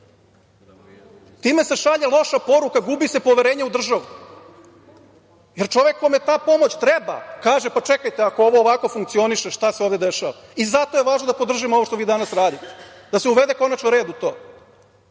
Time se šalje loša poruka, gubi se poverenje u državu, jer čovek kome ta pomoć treba kaže – čekajte, ako ovo ovako funkcioniše, šta se ovde dešava? Zato je važno da podržimo ovo što vi danas radite, da se uvede konačno red u